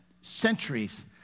centuries